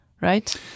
right